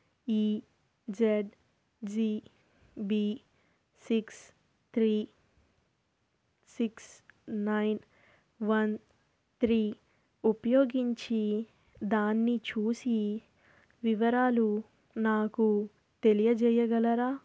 ఈ Z G B six three six nine one three ఉపయోగించి దాన్ని చూసి వివరాలు నాకు తెలియజేయగలరా